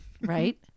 Right